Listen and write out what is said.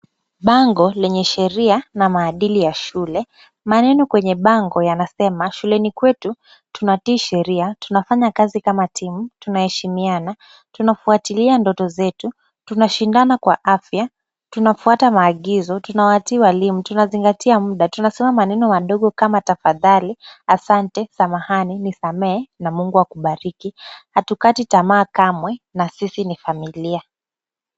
Bango lenye sheria na maadili ya shule. Maneno kwenye bango yanasema shuleni kwetu tunatii sheria ,tunafanya kazi kama timu, tunaheshimiana, tunafuatilia ndoto zetu, tunashindana kwa afya, tunafuata maagizo, tunawatii walimu, tunazingatia muda ,tunasema maneno madogo kama tafadhali, asante, samahani, nisamehe na Mungu akubariki, hatukati tamaa kamwe na sisi ni familia.